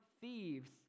thieves